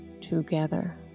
together